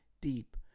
deep